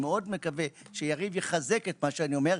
מקווה מאוד שיריב יחזק את מה שאני אומר.